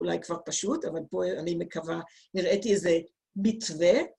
אולי כבר פשוט, אבל פה אני מקווה, נראיתי איזה מטווה.